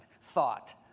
thought